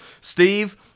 Steve